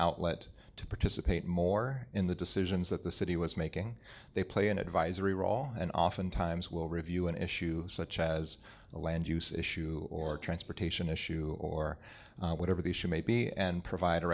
outlet to participate more in the decisions that the city was making they play an advisory role and oftentimes will review an issue such as a land use issue or transportation issue or whatever the issue may be and provide a